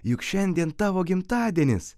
juk šiandien tavo gimtadienis